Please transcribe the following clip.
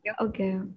Okay